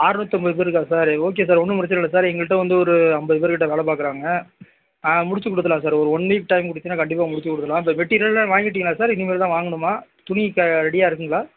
ஆர்நூற்றம்பது பேர் இருக்காங்க sir okay sir ஒன்றும் பிரச்சனை இல்லை சார் எங்கள்ட்ட வந்து ஒரு ஐம்பது பேர்க்கிட்ட வேலை பார்க்கறாங்க ஆ முடிச்சு கொடுத்துடுலாம் சார் ஒரு ஒன் வீக் டைம் கொடுத்தீங்னா கண்டிப்பாக முடிச்சு கொடுத்துடுலாம் இப்போ மெட்டீரியல்லாம் வாங்கிட்டிங்களா சார் இனிமேல் தான் வாங்கணுமா துணி க ரெடியாக இருக்குங்களா